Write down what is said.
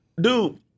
Dude